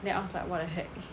then I was like what the heck